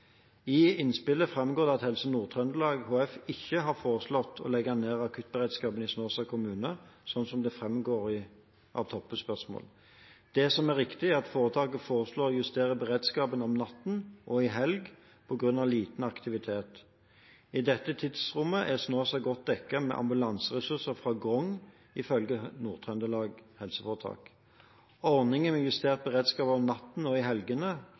I innspillet framgår det at Helse Nord-Trøndelag HF ikke har foreslått å legge ned akuttberedskapen i Snåsa kommune, slik det framgår av Toppes spørsmål. Det som er riktig, er at foretaket foreslår å justere beredskapen om natten og i helgene på grunn av liten aktivitet. I dette tidsrommet er Snåsa godt dekket med ambulanseressurser fra Grong, ifølge Nord-Trøndelag helseforetak. Ordningen med justert beredskap om natten og i helgene